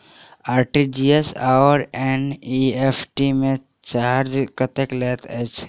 RTGS आओर NEFT मे charge कतेक लैत अछि बैंक?